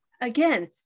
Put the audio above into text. Again